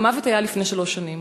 המוות היה לפני שלוש שנים,